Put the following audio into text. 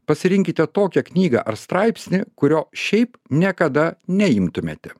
pasirinkite tokią knygą ar straipsnį kurio šiaip niekada neimtumėte